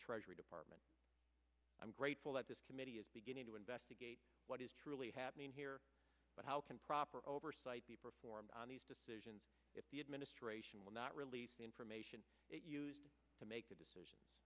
treasury department i'm grateful that this committee is beginning to investigate what is truly happening here but how can proper oversight be performed on these decisions if the administrator will not release the information to make a decision